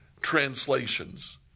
translations